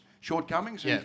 shortcomings